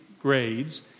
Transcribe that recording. grades